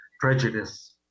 prejudice